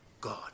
God